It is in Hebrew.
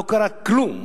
לא קרה כלום.